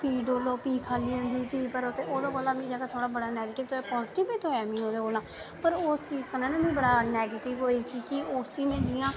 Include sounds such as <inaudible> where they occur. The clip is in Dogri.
ओह्दे कोला मिं थोह्ड़ा <unintelligible> बी ऐ क्या में ओह्दे कोला उस चीज कन्नै नि नैगटिव की उसी में जि'यां